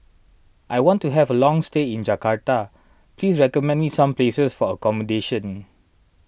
I want to have a long stay in Jakarta please recommend me some places for accommodation